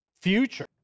future